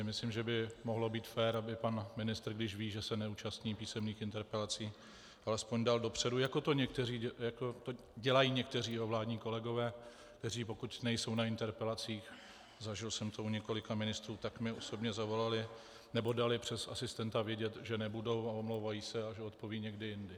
Myslím, že by mohlo být fér, aby pan ministr, když ví, že se neúčastní písemných interpelací, alespoň dal dopředu vědět, jako to dělají někteří jeho vládní kolegové, kteří pokud nejsou na interpelacích, zažil jsem to u několika ministrů, tak mi osobně zavolali nebo dali přes asistenta vědět, že nebudou a omlouvají se a že odpovědí někdy jindy.